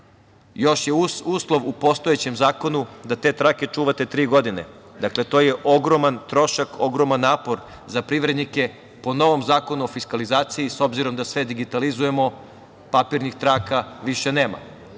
Još je uslov u postojećem zakonu da te trake čuvate tri godine. Dakle, to je ogroman trošak, ogroman napor za privrednike. Po novom Zakonu o fiskalizaciji, s obzirom da sve digitalizujemo, papirnih traka više nema.